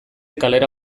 kalera